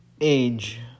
age